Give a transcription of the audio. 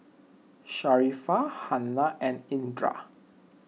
Sharifah Hana and Indra